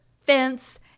fence